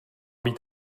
být